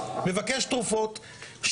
מבקש תרופות,